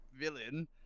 villain